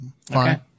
Fine